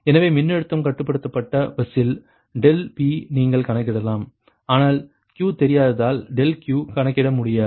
எனவே மின்னழுத்தம் கட்டுப்படுத்தப்பட்ட பஸ்ஸில் ∆P நீங்கள் கணக்கிடலாம் ஆனால் Q தெரியாததால் ∆Q கணக்கிட முடியாது